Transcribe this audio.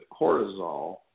cortisol